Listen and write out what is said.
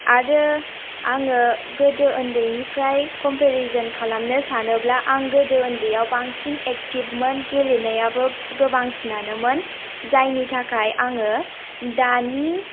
आरो आङो गोदो उन्दैनिफ्राय कम्पेरिजन खालामनो सानोब्ला आं गोदो उन्दैआव बांसिन एकटिभमोन गेलेनायाबो गोबांसिनआनोमोन जायनि थाखाय आङो दानि